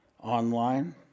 online